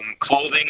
clothing